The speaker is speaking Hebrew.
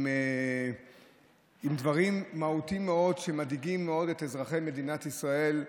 עם דברים מהותיים מאוד שמדאיגים מאוד את אזרחי מדינת ישראל,